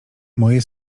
moje